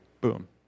Boom